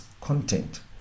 content